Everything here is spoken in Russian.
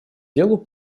делу